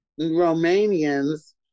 Romanians